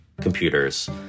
Computers